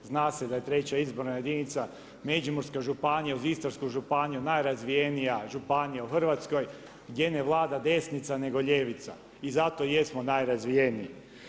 Zna se da je Treća izborna jedinica Međimurska županija uz Istarsku županiju najrazvijenija županija u Hrvatskoj gdje ne vlada desnica nego ljevica i zato jesmo najrazvijeniji.